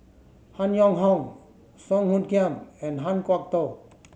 Han Yong Hong Song Hoot Kiam and Han Kwok Toh